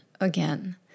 again